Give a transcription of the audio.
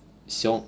xiong